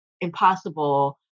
Impossible